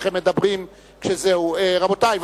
איך הם מדברים, בבקשה, רבותי.